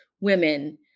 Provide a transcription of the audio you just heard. women